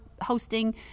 hosting